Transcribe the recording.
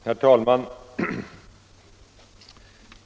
Herr talman!